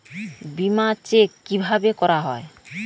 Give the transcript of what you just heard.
বিমা চেক কিভাবে করা হয়?